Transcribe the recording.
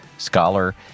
scholar